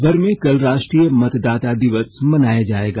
देश भर में कल राष्ट्रीय मतदाता दिवस मनाया जाएगा